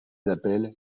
appelle